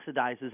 oxidizes